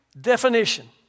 definition